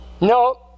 No